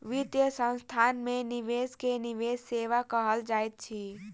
वित्तीय संस्थान में निवेश के निवेश सेवा कहल जाइत अछि